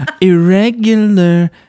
irregular